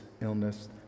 illness